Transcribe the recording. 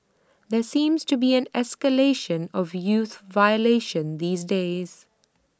there seems to be an escalation of youth violation these days